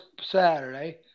saturday